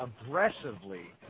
aggressively